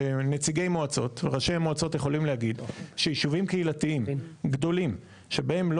נציגי מועצות וראשי מועצות יכולים להגיד שישובים קהילתיים גדולים שבהם לא